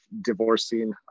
divorcing